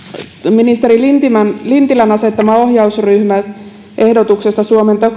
ministeri lintilän lintilän asettaman ohjausryhmän ehdotus suomen